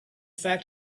fact